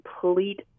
complete